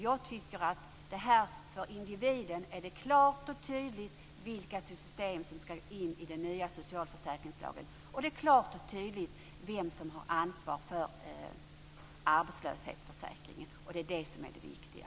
Jag tycker att för individen är det här förslaget klart och tydligt vad gäller vilka system som ska in i den nya socialförsäkringslagen, och det är klart och tydligt vem som har ansvar för arbetslöshetsförsäkringen, och det är det som är det viktiga.